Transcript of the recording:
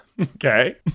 okay